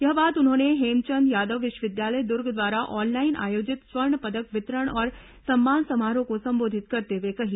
यह बात उन्होंने हेमचंद यादव विश्वविद्यालय दुर्ग द्वारा ऑनलाइन आयोजित स्वर्ण पदक वितरण और सम्मान समारोह को संबोधित करते हुए कही